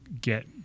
get